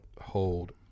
hold